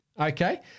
Okay